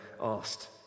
asked